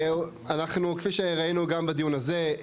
אנחנו כפי שראינו גם בדיון הזה,